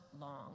long